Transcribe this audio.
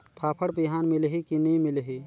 फाफण बिहान मिलही की नी मिलही?